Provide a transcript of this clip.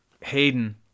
Hayden